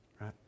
Right